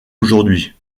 aujourd’hui